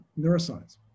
neuroscience